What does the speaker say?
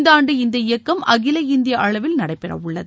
இந்த ஆண்டு இந்த இயக்கம் அகில இந்திய அளவில் நடைபெறவுள்ளது